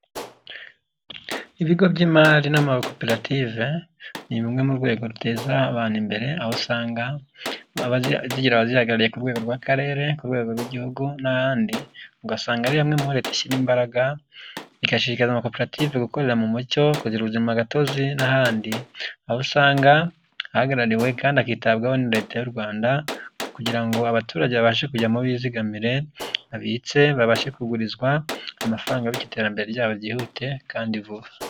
Ibigo by'imari n'amakoperative ni bimwe mu rwego ruteza abantu imbere aho usanga zigira abazihagarariye ku rwego rw'akarere, ku rwego rw'igihugu n'ahandi, ugasanga ari hamwe mu ho leta ishyira imbaraga, igashishikariza amakoperative gukorera mu mucyo, kugira ubuzima gatozi n'ahandi, aho usanga ahagarariwe kandi akitabwaho na leta y'u Rwanda kugira ngo abaturage babashe kujyamo bizigamire, babitse, babashe kugurizwa amafaranga bityo iterambere ryabo ryihute kandi vuba.